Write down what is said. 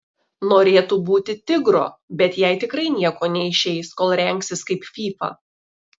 norėtų būti tigro bet jai tikrai nieko neišeis kol rengsis kaip fyfa